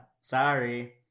sorry